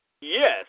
Yes